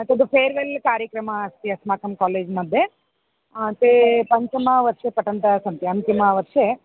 तद् फ़ेर्वेल् कार्यक्रमः अस्ति अस्माकं कालेज् मद्ये ते पञ्चमवर्षे पठन्तः सन्ति अन्तिमवर्षे